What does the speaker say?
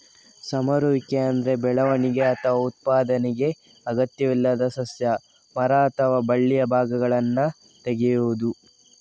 ಸಮರುವಿಕೆ ಅಂದ್ರೆ ಬೆಳವಣಿಗೆ ಅಥವಾ ಉತ್ಪಾದನೆಗೆ ಅಗತ್ಯವಿಲ್ಲದ ಸಸ್ಯ, ಮರ ಅಥವಾ ಬಳ್ಳಿಯ ಭಾಗಗಳನ್ನ ತೆಗೆಯುದು